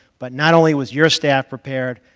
but not only was your staff prepared,